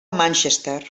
manchester